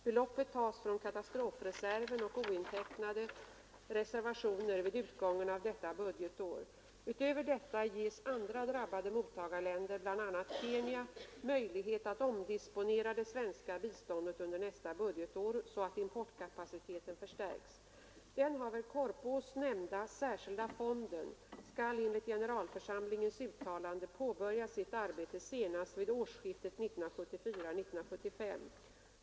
Beloppet tas från katastrofreserven och ointecknade reservationer vid utgången av detta budgetår. Utöver detta ges andra drabbade mottagarländer — bl.a. Kenya — möjlighet att omdisponera det svenska biståndet under nästa budgetår, så att importkapaciteten förstärks. Den av herr Korpås nämnda särskilda fonden skall enligt generalförsamlingens uttalande påbörja sitt arbete senast vid årsskiftet 1974—1975.